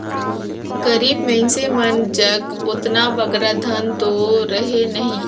गरीब मइनसे मन जग ओतना बगरा धन दो रहें नई